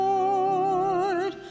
Lord